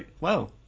Wow